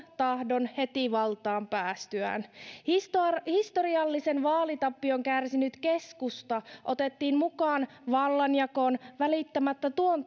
tahdon heti valtaan päästyään historiallisen vaalitappion kärsinyt keskusta otettiin mukaan vallanjakoon välittämättä tuon